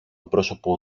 πρόσωπο